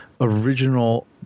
original